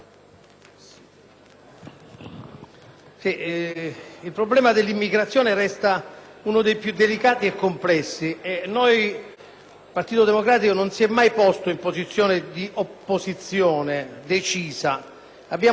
Il Partito Democratico non si è mai posto in posizione di opposizione decisa; abbiamo soltanto contribuito, e vorremmo farlo fino in fondo, perché il problema sia affrontato in termini civili ed incisivi.